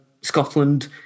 scotland